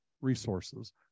resources